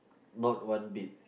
not one bit